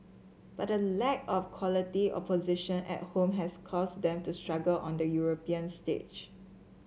but the lack of quality opposition at home has caused them to struggle on the European stage